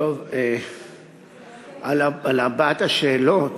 על ארבע השאלות,